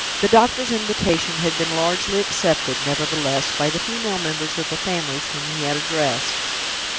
the doctor's invitation had been largely accepted, nevertheless, by the female members of the families whom he had addressed.